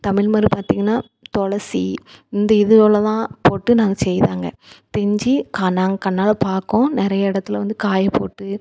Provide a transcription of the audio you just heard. தமிழ் மரு பார்த்தீங்கன்னா துளசி இந்த இதுகள்லதான் போட்டு நாங்கள் செய்தாங்க தெஞ்சி க நாங்க கண்ணால் பார்க்கோம் நிறையா இடத்துல வந்து காயப் போட்டு